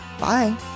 Bye